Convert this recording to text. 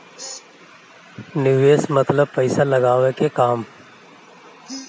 निवेस मतलब पइसा लगावे के काम